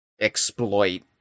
exploit